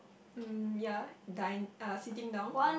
um ya dine uh sitting down